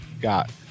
got